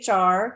HR